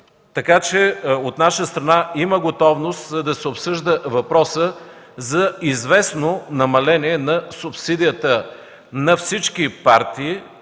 Така че от наша страна има готовност да се обсъжда въпросът за известно намаление на субсидията на всички партии,